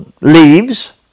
leaves